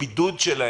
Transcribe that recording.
הבידוד שלהם,